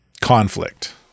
conflict